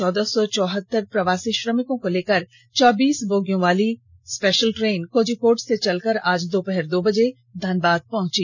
चौदह सौ चौहत्तर प्रवासी श्रमिकों को लेकर चौबीस बोगियों वाली श्रमिक स्पेशल ट्रेन कोझिकोड से चलकर आज दोपहर दो बजे धनबाद पहुंची